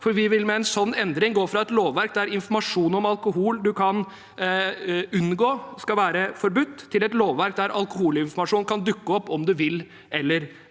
for vi vil med en sånn endring gå fra et lovverk der alkoholinformasjon man ikke kan unngå, skal være forbudt, til et lovverk der alkoholinformasjon kan dukke opp om man vil eller ei.